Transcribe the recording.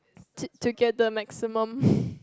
to to get the maximum